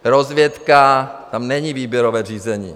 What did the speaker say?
Rozvědka, tam není výběrové řízení.